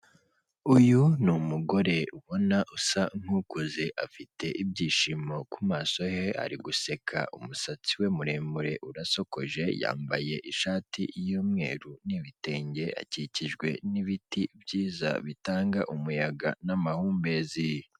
Uyu ni umugore ubona usa nk'ukuze afite ibyishimo ku maso he ari guseka, umusatsi we muremure urasokoje yambaye ishati y'umweru n'ibitenge akikijwe n'ibiti byiza bitanga umuyaga n'amahumbezi.